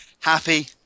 Happy